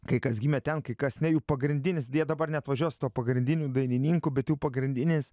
kai kas gimė ten kai kas ne jų pagrindinis deja dabar neatvažiuos to pagrindinių dainininkų bet jų pagrindinės